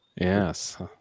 Yes